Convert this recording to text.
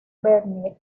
bernie